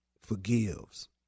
forgives